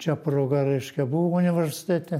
čia proga reiškia buvo universitete